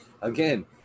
again